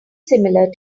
similar